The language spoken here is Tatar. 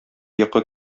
йокы